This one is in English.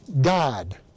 God